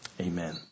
amen